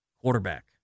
quarterback